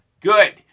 Good